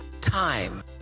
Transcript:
time